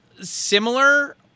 similar